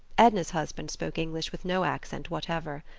edna's husband spoke english with no accent whatever.